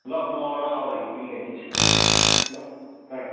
ल म ओह्रालो आउँदाखेरि बिल ल्याइदिन्छु ल राखेँ